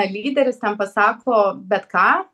lyderis ten pasako bet ką